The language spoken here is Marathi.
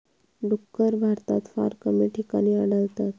डुक्कर भारतात फार कमी ठिकाणी आढळतत